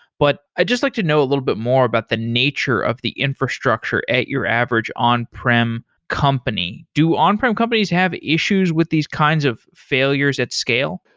but i just like to know a little bit more about the nature of the infrastructure at your average on-prem company. do on-prem companies have issues with these kinds of failures at scale?